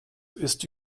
ist